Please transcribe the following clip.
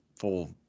full